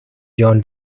jon